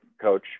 coach